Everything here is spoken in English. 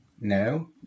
No